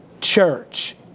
church